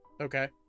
Okay